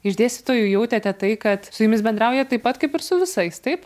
iš dėstytojų jautėte tai kad su jumis bendrauja taip pat kaip ir su visais taip